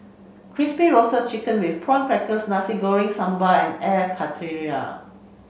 Crispy Roasted Chicken with Prawn Crackers Nasi Goreng Sambal and Air Karthira